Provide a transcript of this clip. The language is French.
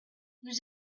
nous